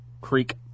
Creek